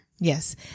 Yes